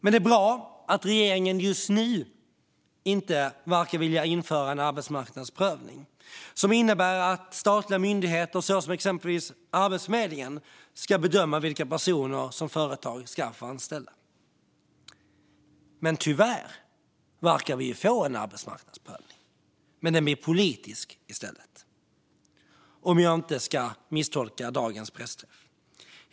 Det är bra att regeringen just nu inte verkar vilja införa en arbetsmarknadsprövning. Det innebär att statliga myndigheter såsom exempelvis Arbetsförmedlingen ska bedöma vilka personer som företag ska få anställa. Tyvärr verkar vi få en arbetsmarknadsprövning, men den blir politisk i stället, om jag inte misstolkar dagens pressträff.